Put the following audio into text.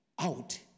out